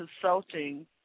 Consulting